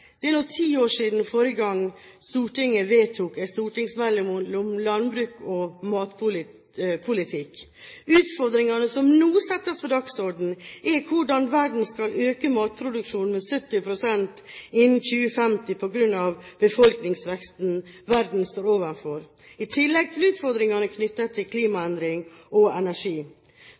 Det er nå ti år siden forrige gang Stortinget vedtok en stortingsmelding om landbruk og matpolitikk. Utfordringene som nå settes på dagsordenen, er hvordan verden skal øke matproduksjonen med 70 pst. innen 2050 på grunn av befolkningsveksten verden står overfor, i tillegg til utfordringene knyttet til klimaendringer og energi.